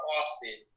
often